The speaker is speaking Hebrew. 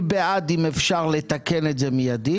אני בעד אם אפשר לתקן את זה מיידית,